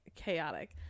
chaotic